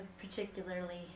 particularly